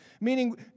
Meaning